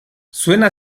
suena